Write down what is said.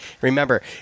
remember